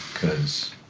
cause